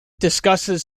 discusses